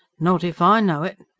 not if i know it!